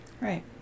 Right